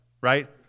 right